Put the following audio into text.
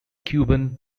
cuban